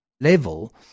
level